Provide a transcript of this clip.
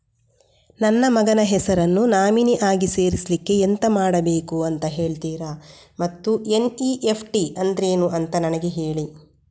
ನನ್ನ ಮಗನ ಹೆಸರನ್ನು ನಾಮಿನಿ ಆಗಿ ಸೇರಿಸ್ಲಿಕ್ಕೆ ಎಂತ ಮಾಡಬೇಕು ಅಂತ ಹೇಳ್ತೀರಾ ಮತ್ತು ಎನ್.ಇ.ಎಫ್.ಟಿ ಅಂದ್ರೇನು ಅಂತ ನನಗೆ ಹೇಳಿ